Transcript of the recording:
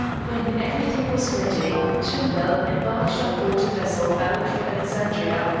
when everything was ready, tumbel embarked on board a vessel bound for alexandria,